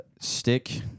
stick